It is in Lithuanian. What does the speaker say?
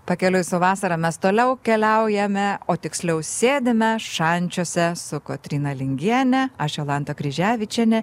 pakeliui su vasara mes toliau keliaujame o tiksliau sėdime šančiuose su kotryna lingiene aš jolanta kryževičienė